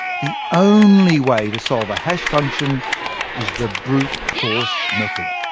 the only way to solve a hash function is the brute force method.